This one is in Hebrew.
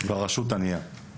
אבל הרשות ענייה.